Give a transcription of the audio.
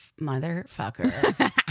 motherfucker